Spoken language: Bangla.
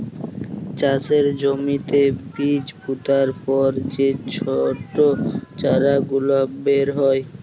চাষের জ্যমিতে বীজ পুতার পর যে ছট চারা গুলা বেরয়